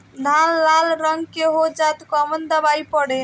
धान लाल रंग के हो जाता कवन दवाई पढ़े?